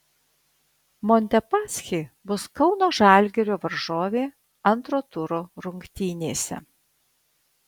montepaschi bus kauno žalgirio varžovė antro turo rungtynėse